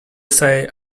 say